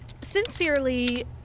Sincerely